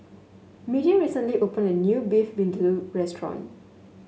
Media recently opened a new Beef Vindaloo restaurant